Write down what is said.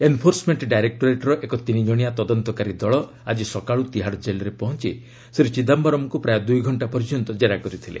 enforcement ଡାଇରେକ୍ଟୋରେଟ୍ର ଏକ ତିନିକ୍ଷଣିଆ ତଦନ୍ତକାରୀ ଦଳ ଆଜି ସକାଳୁ ତିହାଡ଼ କେଲ୍ରେ ପହଞ୍ଚି ଶ୍ରୀ ଚିଦାମ୍ଘରମ୍ଙ୍କୁ ପ୍ରାୟ ଦୁଇଘଣ୍ଟା ପର୍ଯ୍ୟନ୍ତ ଜେରା କରିଥିଲେ